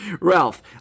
Ralph